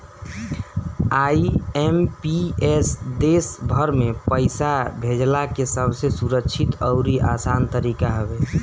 IMPS देस भर में पईसा भेजला के सबसे सुरक्षित अउरी आसान तरीका हवे